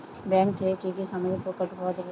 Bank থেকে কি কি সামাজিক প্রকল্প পাওয়া যাবে?